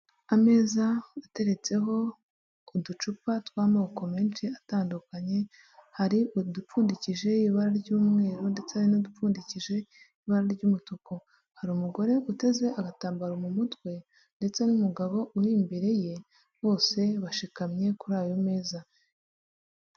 Ameza ateretseho uducupa tw'amoko menshi atandukanye, hari udupfundikishije ibara ry'umweru ndetse hari n'udupfundikishije ibara ry'umutuku, hari umugore uteze agatambaro mu mutwe ndetse n'umugabo uri imbere ye, bose bashikamye kuri ayo meza.